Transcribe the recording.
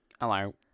hello